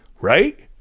right